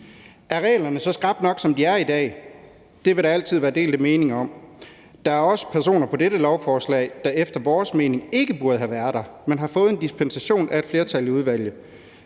Er reglerne så skrappe nok, som de er i dag? Det vil der altid være delte meninger om. Der er også personer på dette lovforslag, der efter vores mening ikke burde have været der, men har fået en dispensation af et flertal i udvalget.